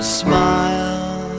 smile